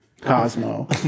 Cosmo